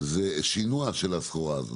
זה שינוע של הסחורה הזאת,